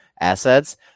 assets